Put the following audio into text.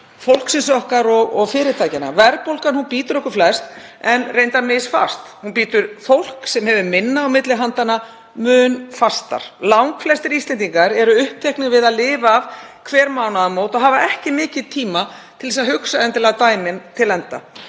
fólksins okkar og fyrirtækjanna. Verðbólgan bítur okkur flest en reyndar misfast. Hún bítur fólk sem hefur minna á milli handanna mun fastar. Langflestir Íslendingar eru uppteknir við að lifa af hver mánaðamót og hafa ekki mikinn tíma til að hugsa endilega dæmin til enda.